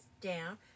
down